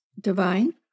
divine